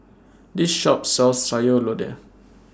This Shop sells Sayur Lodeh